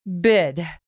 bid